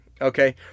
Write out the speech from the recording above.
Okay